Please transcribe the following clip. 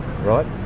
Right